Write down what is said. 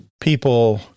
People